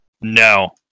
No